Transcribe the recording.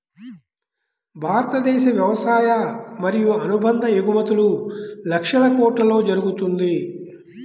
భారతదేశ వ్యవసాయ మరియు అనుబంధ ఎగుమతులు లక్షల కొట్లలో జరుగుతుంది